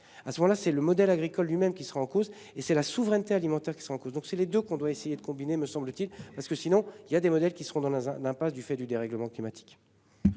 À ce moment-là, c'est le modèle agricole lui-même qui sera en cause et c'est la souveraineté alimentaire qui sont en cause, donc c'est les deux, qu'on doit essayer de combiner, me semble-t-il parce que sinon il y a des modèles qui seront dans un, d'un, du fait du dérèglement climatique.